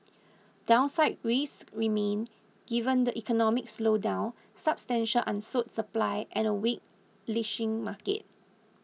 downside risks remain given the economic slowdown substantial unsold supply and a weak leashing market